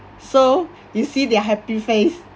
so you see their happy face